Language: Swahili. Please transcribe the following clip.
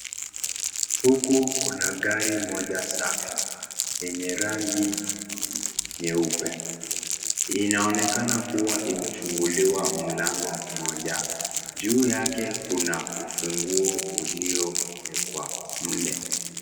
Huku kuna gari moja safi yenye rangi nyeupe, inaonekana kuwa imefunguliwa mlango moja, juu yake kuna ufunguo ulioekwa mle.